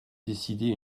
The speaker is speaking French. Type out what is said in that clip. décider